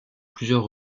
plusieurs